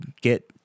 get